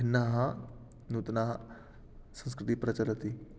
भिन्नाः नूतनाः संस्कृतिः प्रचलति